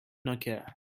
nokia